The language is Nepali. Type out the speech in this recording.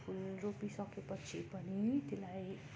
फुल रोपी सके पछि पनि त्यसलाई